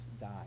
die